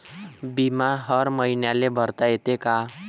बिमा हर मईन्याले भरता येते का?